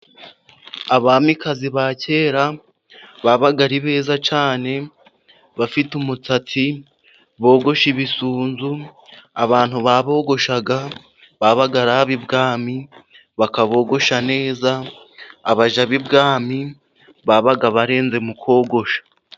Abamikazi ba kera babaga ari beza cyane, bafite umusatsi bogoshe ibisunzu, abantu babogoshaga babaga ari ab'ibwami bakabogosha neza, abaja b'ibwami babaga barenze mu kogosha.